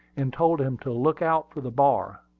and told him to look out for the bar.